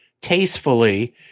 tastefully